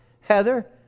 Heather